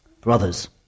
Brothers